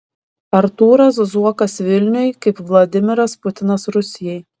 artūras zuokas vilniui kaip vladimiras putinas rusijai